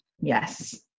yes